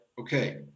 Okay